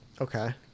Okay